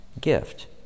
gift